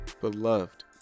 beloved